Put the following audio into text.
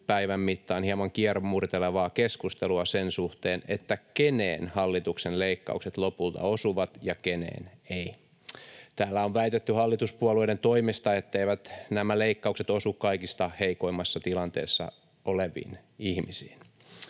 päivän mittaan hieman kiemurtelevaa keskustelua sen suhteen, keneen hallituksen leikkaukset lopulta osuvat ja keneen eivät. Täällä on väitetty hallituspuolueiden toimesta, etteivät nämä leikkaukset osu kaikista heikoimmassa tilanteessa oleviin ihmisiin.